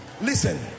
Listen